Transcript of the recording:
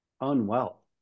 unwell